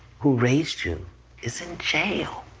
who raised you is in jail.